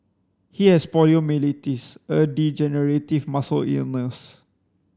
he has poliomyelitis a degenerative muscle illness